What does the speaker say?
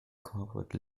corporate